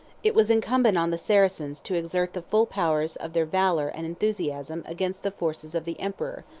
it was incumbent on the saracens to exert the full powers of their valor and enthusiasm against the forces of the emperor,